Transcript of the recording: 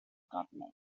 government